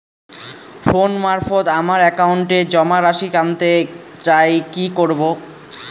Phone মারফত আমার একাউন্টে জমা রাশি কান্তে চাই কি করবো?